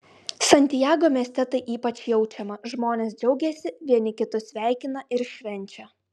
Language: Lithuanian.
santiago mieste tai ypač jaučiama žmonės džiaugiasi vieni kitus sveikina ir švenčia